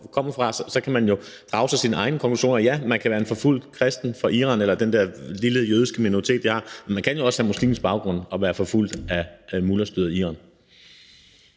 kan man drage sine egne konklusioner. Ja, man kan være en forfulgt kristen fra Iran eller den der lille jødiske minoritet, de har, men man kan jo også have muslimsk baggrund og være forfulgt af mullahstyret i Iran.